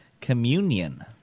communion